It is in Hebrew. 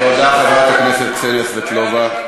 תודה, חברת הכנסת קסניה סבטלובה.